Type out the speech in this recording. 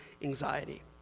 anxiety